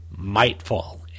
Mightfall